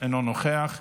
אינו נוכח.